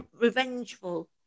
revengeful